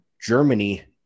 Germany